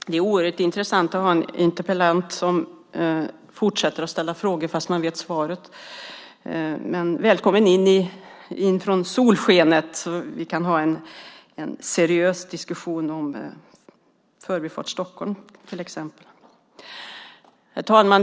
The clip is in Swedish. Herr talman! Det är oerhört intressant att ha en interpellant som fortsätter att ställa frågor fast han vet svaret. Men välkommen in från solskenet, så att vi kan ha en seriös diskussion om Förbifart Stockholm, till exempel. Herr talman!